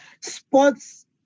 Sports